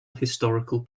historical